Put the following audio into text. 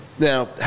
Now